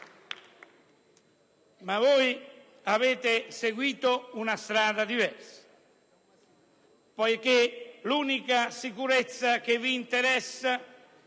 Voi avete seguito una strada diversa poiché l'unica sicurezza che vi interessa